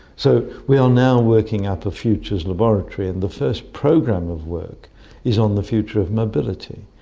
so we are now working up a futures laboratory, and the first program of work is on the future of mobility.